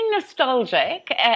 nostalgic